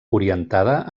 orientada